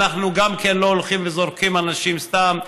אנחנו גם לא הולכים וזורקים אנשים סתם,